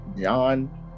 John